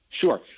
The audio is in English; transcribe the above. Sure